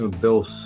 Bill